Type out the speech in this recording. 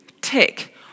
tick